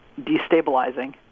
destabilizing